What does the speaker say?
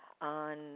on